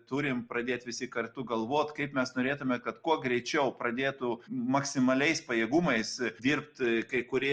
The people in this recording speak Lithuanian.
turim pradėt visi kartu galvot kaip mes norėtume kad kuo greičiau pradėtų maksimaliais pajėgumais dirbt kai kurie